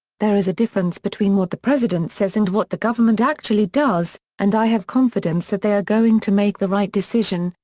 there is a difference between what the president says and what the government actually does, and i have confidence that they are going to make the right decision,